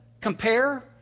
compare